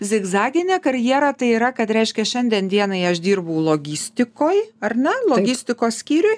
zigzaginė karjera tai yra kad reiškia šiandien dienai aš dirbu logistikoje ar ne logistikos skyriuj